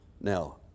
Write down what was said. Now